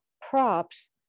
props